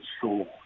soul